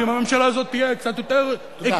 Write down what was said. ואם הממשלה הזאת תהיה קצת יותר הגיונית,